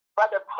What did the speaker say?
Brother